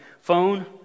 phone